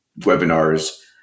webinars